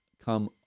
come